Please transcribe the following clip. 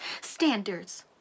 standards